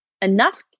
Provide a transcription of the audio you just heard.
enough